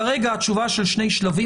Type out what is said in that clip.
כרגע התשובה של שני שלבים,